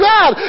God